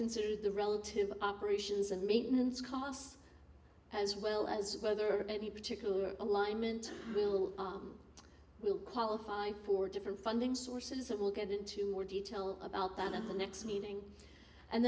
considered the relative operations and maintenance costs as well as whether maybe particular alignment will arm will qualify for different funding sources that will get into more detail about that in the next meeting and